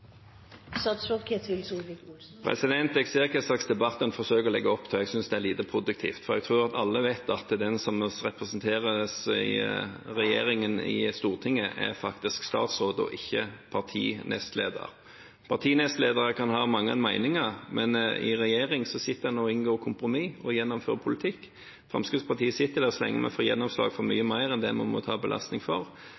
Jeg ser hva slags debatt en forsøker å legge opp til, og jeg synes det er lite produktivt. For jeg tror at alle vet at den som representerer regjeringen i Stortinget, faktisk er statsråd og ikke nestleder i partiet. Nestledere kan ha mange meninger, men i regjering sitter en og inngår kompromisser og gjennomfører politikk. Fremskrittspartiet sitter der så lenge vi får gjennomslag for mye